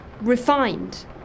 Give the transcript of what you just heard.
refined